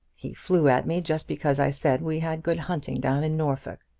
he flew at me just because i said we had good hunting down in norfolk.